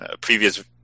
previous